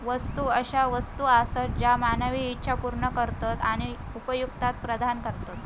वस्तू अशा वस्तू आसत ज्या मानवी इच्छा पूर्ण करतत आणि उपयुक्तता प्रदान करतत